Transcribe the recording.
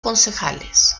concejales